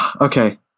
Okay